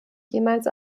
jemals